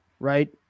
Right